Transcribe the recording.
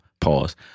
Pause